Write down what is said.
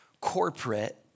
corporate